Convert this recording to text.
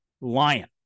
lion